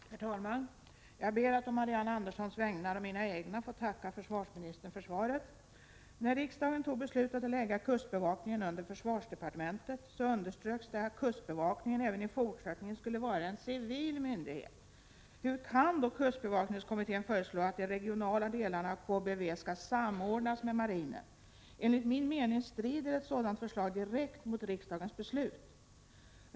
Herr talman! Jag ber att å Marianne Anderssons och mina egna vägnar få tacka försvarsministern för svaret. När riksdagen fattade beslutet att lägga kustbevakningen under försvarsdepartementet underströks att kustbevakningen även i fortsättningen skulle vara en civil myndighet. Hur kan då kustbevakningskommittén föreslå att de regionala delarna av KBV skall samordnas med marinen? Enligt min mening strider ett sådant förslag direkt mot riksdagens beslut.